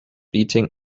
beating